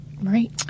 Right